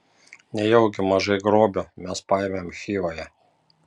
nejaugi mažai grobio mes paėmėme chivoje